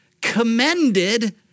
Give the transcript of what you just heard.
commended